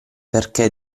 perché